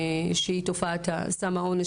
שהיא תופעת סם האונס,